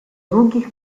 długich